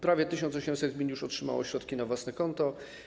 Prawie 1800 gmin już otrzymało środki na własne konta.